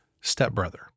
stepbrother